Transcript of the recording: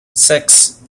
six